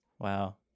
Wow